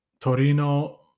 Torino